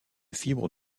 fibres